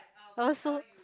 I also